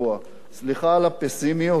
סליחה על הפסימיות או הריאליות.